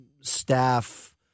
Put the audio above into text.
staff